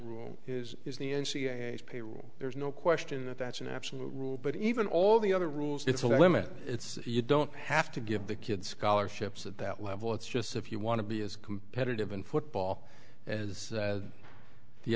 rule is is the n c a a payroll there's no question that that's an absolute rule but even all the other rules it's a limit it's you don't have to give the kid scholarships at that level it's just if you want to be as competitive in football as